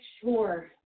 sure